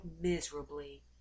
miserably